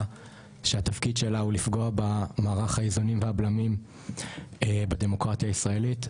שהתפקיד שלה הוא לפגוע במערך האיזונים והבלמים בדמוקרטיה הישראלית,